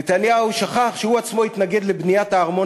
נתניהו שכח שהוא עצמו התנגד לבניית הארמון